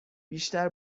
بیشتر